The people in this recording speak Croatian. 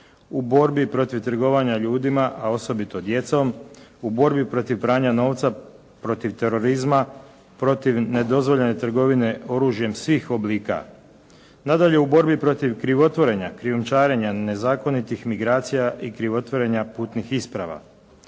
u borbi protiv trgovanja ljudima a osobito djecom, u borbi protiv pranja novca protiv terorizma, protiv nedozvoljene trgovine oružjem svih oblika. Nadalje, u borbi protiv krivotvorenja, krijumčarenja, nezakonitih migracija i krivotvorenja putnih isprava.